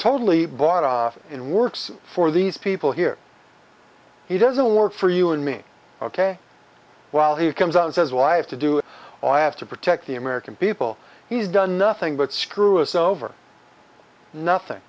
totally bought off in works for these people here he doesn't work for you and me ok while he comes out and says well i have to do it all i have to protect the american people he's done nothing but screw us over nothing